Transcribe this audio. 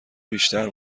بیشتر